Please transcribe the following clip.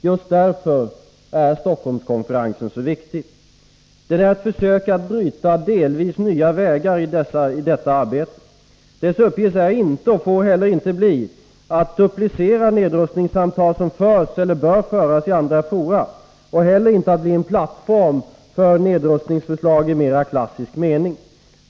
Just därför är Stockholmskonferensen så viktig. Den är ett försök att bryta delvis nya vägar. Dess uppgift är inte, och får inte bli, att duplicera nedrustningssamtal som förs eller bör föras i andra fora och inte heller att bli en plattform för nedrustningsförslag i mera klassisk mening.